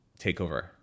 takeover